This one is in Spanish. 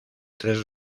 tres